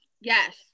Yes